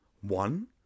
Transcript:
one